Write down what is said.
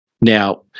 Now